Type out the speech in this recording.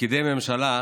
ופקידי הממשלה,